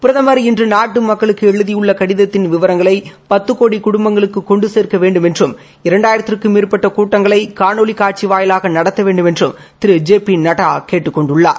பிரதமா இன்று நாட்டு மக்களுக்கு எழுதியுள்ள கடிதத்தின் விவரங்களை பத்து கோடி குடும்பங்களுக்கு கொண்டு சேர்க்க வேண்டுமென்றும் இரண்டாயிரத்திற்கும் மேற்பட்ட கூட்டங்களை காணொலி காட்சி வாயிலாக நடத்த வேண்டுமென்றும் திரு ஜெ பி நட்டா கேட்டுக் கொண்டார்